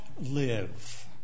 live